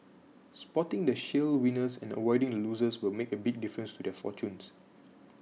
spotting the shale winners and avoiding losers will make a big difference to their fortunes